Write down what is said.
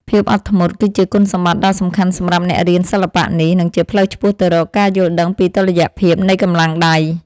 ភាពអត់ធ្មត់ គឺជាគុណសម្បត្តិដ៏សំខាន់សម្រាប់អ្នករៀនសិល្បៈនេះ និងជាផ្លូវឆ្ពោះទៅរកការយល់ដឹងពីតុល្យភាពនៃកម្លាំងដៃ។